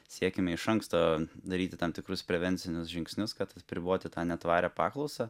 siekiame iš anksto daryti tam tikrus prevencinius žingsnius kad apriboti tą netvarią paklausą